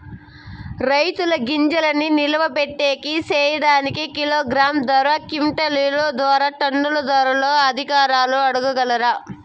రైతుల గింజల్ని నిలువ పెట్టేకి సేయడానికి కిలోగ్రామ్ ధర, క్వింటాలు ధర, టన్నుల ధరలు అధికారులను అడగాలా?